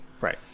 Right